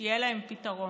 שיהיה להם פתרון.